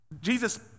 Jesus